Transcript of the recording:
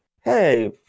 hey